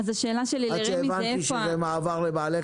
עד שהבנתי שזה מעבר לבעלי חיים.